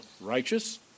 righteous